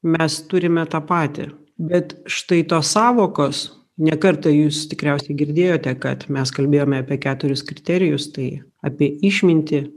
mes turime tą patį bet štai tos sąvokos ne kartą jūs tikriausiai girdėjote kad mes kalbėjome apie keturis kriterijus tai apie išmintį